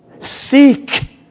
Seek